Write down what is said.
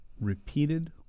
repeated